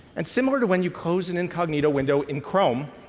and similar to when you close an incognito window in chrome,